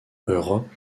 europe